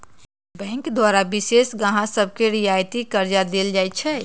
bank द्वारा विशेष गाहक सभके रियायती करजा देल जाइ छइ